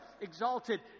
exalted